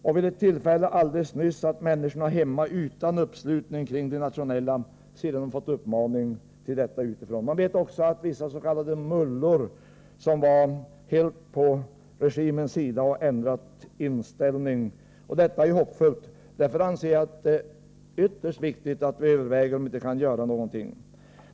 Och vid ett tillfälle alldeles nyligen satt människorna hemma utan uppslutning kring det nationella, sedan de fått uppmaning till detta utifrån. Man vet också att vissa s.k. mullor, som varit helt på regimens sida, har ändrat inställning. Detta är hoppfullt, och därför anser jag att det är ytterst viktigt att vi överväger om vi inte kan göra någonting.